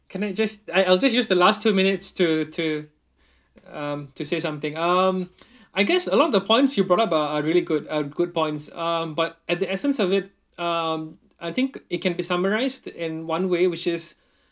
can I just I I'll just use the last two minutes to to um to say something um I guess a lot of the points you brought up are are really good uh good points uh but at the essence of it um I think it can be summarized in one way which is